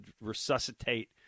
resuscitate